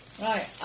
Right